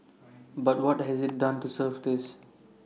but what has IT done to serve this